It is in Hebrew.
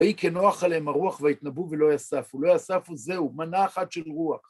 ‫ויהי כנוח עליהם הרוח והתנבאו ולא יספו, ‫ולא יספו וזהו, מנה אחת של רוח.